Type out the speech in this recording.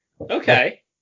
Okay